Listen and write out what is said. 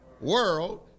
world